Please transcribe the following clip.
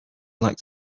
like